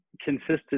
consistent